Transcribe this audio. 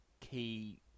key